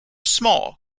small